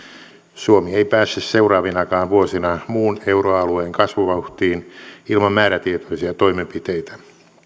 suomi ei pääse seuraavinakaan vuosina muun euroalueen kasvuvauhtiin ilman määrätietoisia toimenpiteitä